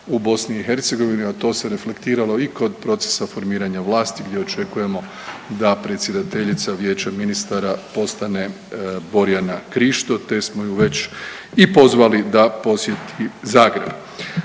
u BiH, a to se reflektiralo i kod procesa formiranja vlasti gdje očekujemo da predsjedateljica vijeća ministara postane Borjana Krišto, te smo ju već i pozvali da posjeti Zagreb.